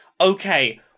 okay